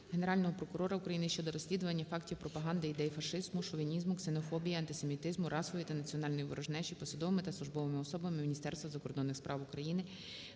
Дякую.